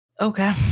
Okay